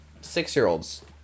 six-year-olds